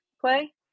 play